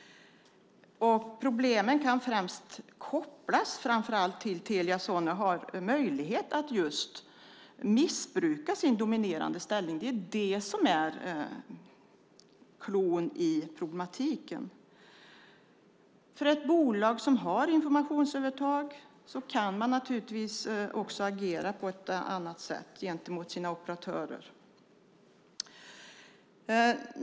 Problemen kan främst kopplas till att Telia Sonera har möjlighet att missbruka sin dominerande ställning. Det är det som problematiken främst gäller. Ett bolag som har informationsövertag kan naturligtvis agera på ett annat sätt gentemot sina operatörer.